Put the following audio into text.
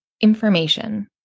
information